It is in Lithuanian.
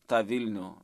tą vilnių